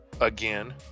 again